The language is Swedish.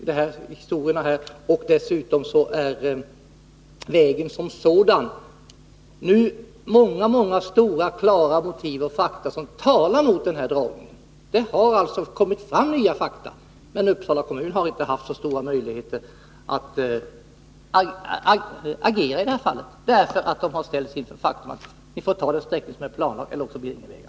Dessutom föreligger nu många fakta och klara motiv som talar mot den planerade dragningen av vägen. Det har alltså kommit fram nya fakta. Men Uppsala kommun har inte haft så stora möjligheter att agera i det här fallet, därför att kommunen har ställts inför faktum, att man måste godta den sträckning som är planlagd — i annat fall blir det ingen väg.